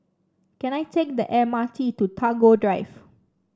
can I take the M R T to Tagore Drive